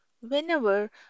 whenever